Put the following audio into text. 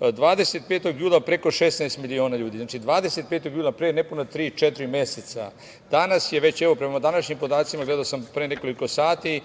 25. jula preko 16 miliona ljudi. Znači, 25. jula, pre nepuna tri, četiri meseca. Danas je već, prema današnjim podacima, gledao sam pre nekoliko sata,